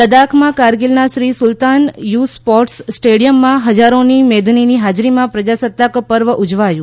લદાખમાં કારગીલના શ્રી સુલતાન યુ સ્પોર્ટસ સ્ટેડિયમમાં હજારોની મેદનીની હાજરીમાં પ્રજાસત્તાક પર્વ ઊજવાયું